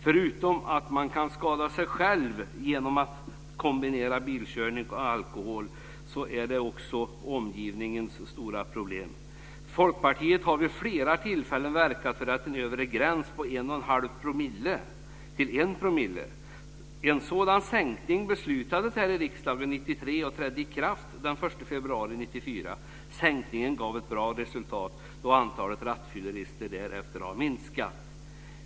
Förutom att man kan skada sig själv genom att kombinera bilkörning och alkohol är det också omgivningens stora problem. Folkpartiet har vid flera tillfällen verkat för sänkningen av den övre gränsen från 1,5 % till 1 %. En sådan sänkning beslutades här i riksdagen 1993 och trädde i kraft den 1 februari 1994. Sänkningen gav ett bra resultat då antalet rattfyllerister därefter har minskat.